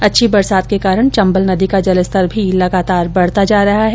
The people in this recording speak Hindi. अच्छी बरसात के कारण चंबल नदी का जलस्तर भी लगातार बढ़ता जा रहा है